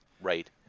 right